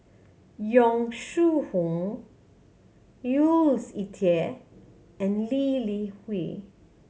Yong Shu Hoong Jules Itier and Lee Li Hui